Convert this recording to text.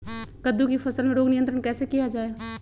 कददु की फसल में रोग नियंत्रण कैसे किया जाए?